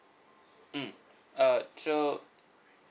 mm uh so